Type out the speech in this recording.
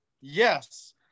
yes